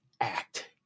act